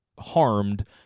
harmed